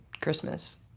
christmas